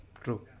true